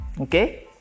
okay